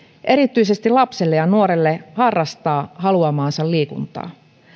erityisesti lapselle ja nuorelle harrastaa haluamaansa liikuntaa